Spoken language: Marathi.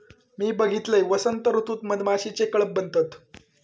मी बघलंय, वसंत ऋतूत मधमाशीचे कळप बनतत